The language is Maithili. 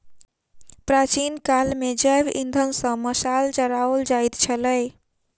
प्राचीन काल मे जैव इंधन सॅ मशाल जराओल जाइत छलै